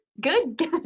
good